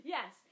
Yes